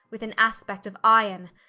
with an aspect of iron,